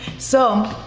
so